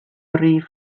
rif